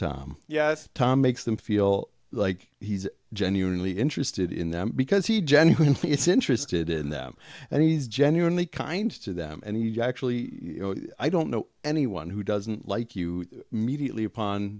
tom yes tom makes them feel like he's genuinely interested in them because he genuinely is interested in them and he's genuinely kind to them and you actually you know i don't know anyone who doesn't like you mediately upon